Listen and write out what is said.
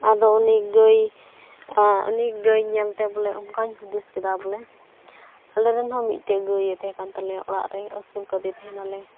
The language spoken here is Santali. ᱟᱫᱚ ᱩᱱᱤ ᱜᱟᱹᱭ ᱩᱱᱤ ᱜᱟᱹᱭ ᱧᱮᱞ ᱛᱮ ᱵᱚᱞᱮ ᱚᱱᱠᱟᱧ ᱦᱩᱫᱤᱥ ᱠᱮᱫᱟ ᱵᱚᱞᱮ ᱟᱞᱮ ᱨᱮᱱ ᱦᱚᱸ ᱢᱤᱫᱴᱮᱱ ᱜᱟᱹᱭ ᱮ ᱛᱟᱦᱮᱸ ᱠᱟᱱ ᱛᱟᱞᱮᱭᱟ ᱚᱲᱟᱜ ᱨᱮ ᱟᱹᱥᱩᱞ ᱠᱟᱫᱮ ᱛᱟᱦᱮᱱᱟᱞᱮ